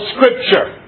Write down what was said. Scripture